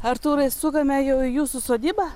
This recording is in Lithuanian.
artūrai sukame jau į jūsų sodybą